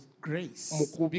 grace